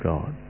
God